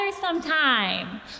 sometime